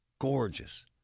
gorgeous